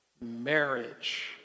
marriage